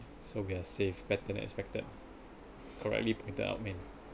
so we are safe better than expected correctly pit~ out man